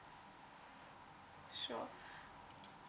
sure